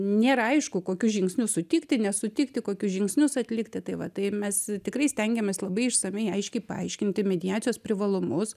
nėra aišku kokius žingsnius sutikti nesutikti kokius žingsnius atlikti tai va tai mes tikrai stengiamės labai išsamiai aiškiai paaiškinti mediacijos privalumus